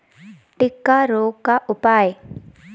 टिक्का रोग का उपाय?